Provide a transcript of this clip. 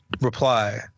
reply